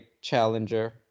challenger